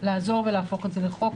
לעזור ולהפוך את זה לחוק,